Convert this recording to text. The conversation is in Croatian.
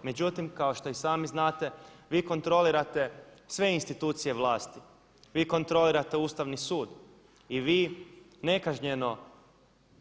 M Međutim kao što i sami znate vi kontrolirate sve institucije vlasti, vi kontrolirate Ustavni sud i vi nekažnjeno